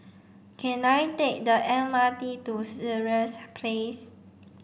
can I take the M R T to Sireh Place